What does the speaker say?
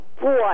boy